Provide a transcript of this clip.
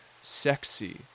sexy